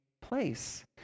place